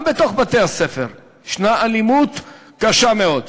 גם בתוך בתי-הספר יש אלימות קשה מאוד.